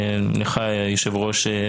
לך היושב ראש,